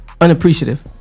Unappreciative